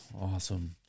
Awesome